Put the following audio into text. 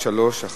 שאילתא מס' 1318,